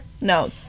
No